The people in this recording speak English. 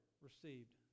received